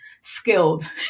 skilled